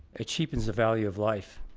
it cheapens the value of life